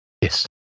Yes